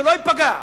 שלא ייפגע.